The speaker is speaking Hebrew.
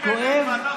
בנט,